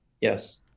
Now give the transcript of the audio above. Yes